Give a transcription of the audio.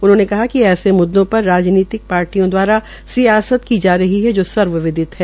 उन्होंने कहा कि म्द्दे पर राजनीतिक पार्टियो दवारा सियायत की जा रही जो सर्व विदित है